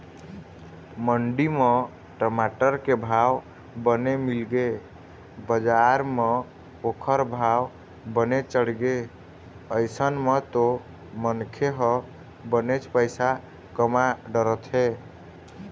मंडी म टमाटर के भाव बने मिलगे बजार म ओखर भाव बने चढ़गे अइसन म तो मनखे ह बनेच पइसा कमा डरथे